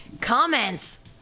Comments